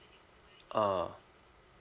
ah